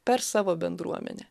per savo bendruomenę